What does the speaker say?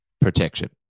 protection